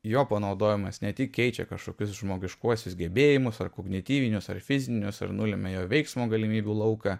jo panaudojimas ne tik keičia kažkokius žmogiškuosius gebėjimus ar kognityvinius ar fizinius ar nulemia jo veiksmo galimybių lauką